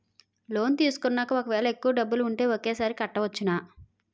Loan తీసుకున్నాక ఒకవేళ ఎక్కువ డబ్బులు ఉంటే ఒకేసారి కట్టవచ్చున?